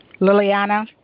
Liliana